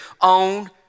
own